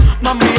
Mami